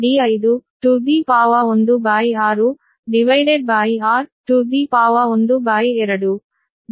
Can0